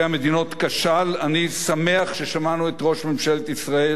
אני שמח ששמענו את ראש ממשלת ישראל בבר-אילן,